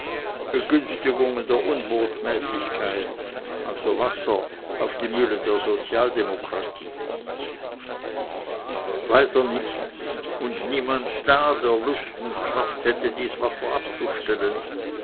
begünstigungen der unbotmäßigkeit also wasser auf die mühlen der sozialdemokratie weiter nichts und niemand da der lust und kraft hätte dies wasser abzustellen